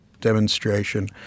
demonstration